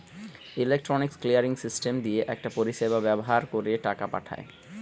electronic clearing system দিয়ে একটা পরিষেবা ব্যাভার কোরে টাকা পাঠায়